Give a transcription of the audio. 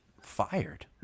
fired